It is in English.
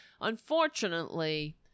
Unfortunately